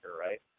right